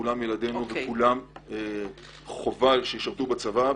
כולם ילדנו וכולם חובה שישרתו בצבא.